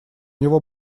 него